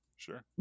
Sure